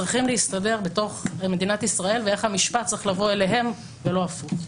צריכים להסתדר בתוך מדינת ישראל ואיך המשפט צריך לבוא אליהם ולא הפוך.